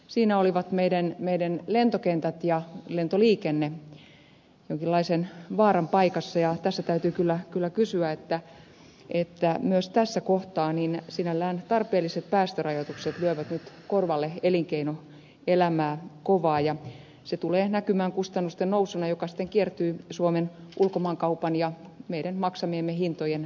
siinä olivat meidän lentokentät ja lentoliikenne jonkinlaisen vaaran paikassa ja tässä täytyy kyllä sanoa että myös tässä kohtaa sinällään tarpeelliset päästörajoitukset lyövät nyt korvalle elinkeinoelämää kovaa ja se tulee näkymään kustannusten nousuna joka sitten kiertyy suomen ulkomaankaupan ja meidän maksamiemme hintojen rasitteeksi